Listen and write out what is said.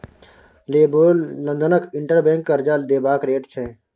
LIBOR लंदनक inter bank करजा देबाक रेट छै